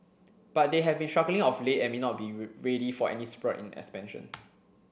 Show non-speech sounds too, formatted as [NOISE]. but they have been struggling of late and may not be [UNINTELLIGIBLE] ready for any spurt in expansion